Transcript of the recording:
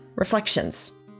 reflections